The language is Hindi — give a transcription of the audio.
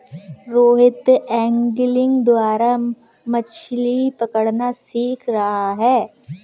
रोहित एंगलिंग द्वारा मछ्ली पकड़ना सीख रहा है